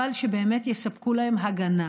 אבל שבאמת יספקו להם הגנה.